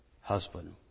husband